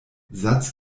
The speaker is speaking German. satz